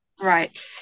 right